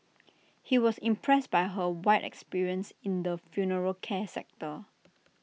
he was impressed by her wide experience in the funeral care sector